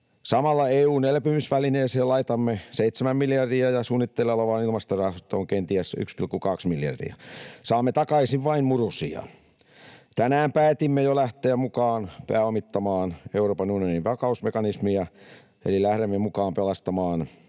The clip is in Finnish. Samalla EU:n elpymisvälineeseen laitamme 7 miljardia ja suunnitteilla olevaan ilmastorahastoon kenties 1,2 miljardia. Saamme takaisin vain murusia. Tänään päätimme jo lähteä mukaan pääomittamaan Euroopan unionin vakausmekanismia, eli lähdemme mukaan pelastamaan